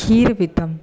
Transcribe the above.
खीरु विधमि